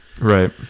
Right